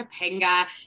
Topanga